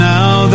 Now